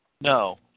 No